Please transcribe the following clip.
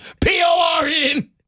P-O-R-N